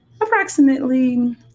approximately